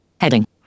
Heading